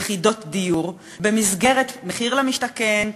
של יחידות דיור במסגרת מחיר למשתכן,